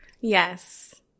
Yes